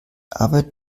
aber